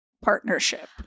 Partnership